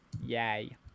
Yay